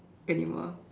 animal